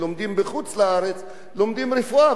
לומדים רפואה ולא לומדים מקצועות אחרים.